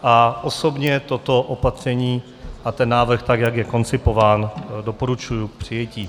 A osobně toto opatření a ten návrh, tak jak je koncipován, doporučuji k přijetí.